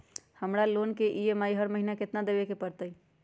हमरा लोन के ई.एम.आई हर महिना केतना देबे के परतई?